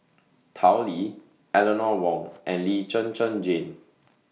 Tao Li Eleanor Wong and Lee Zhen Zhen Jane